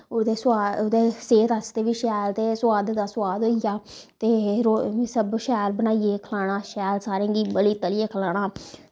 उह्दे सेह्त आस्तै बी शैल ते सोआद दा सोआद होइया ते रोज़ सब शैल बनाइयै खलाना शैल सारें गी मली तलियै खलाना